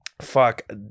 fuck